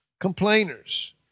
complainers